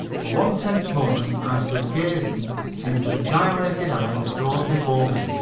for one tense moment i stood gazing into the dilated eyes of those before me.